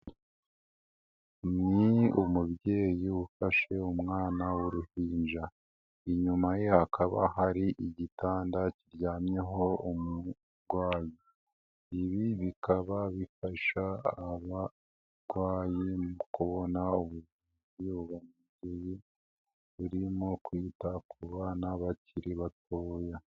Ni umubyeyi ufashe umwana w'uruhinja, inyuma hakaba hari igitanda kiryamyeho umurwayi. Ibi bikaba bifasha abarwayi mu kubona uburyo buboneye, burimo kwita ku bana bakiri batoya.